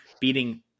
beating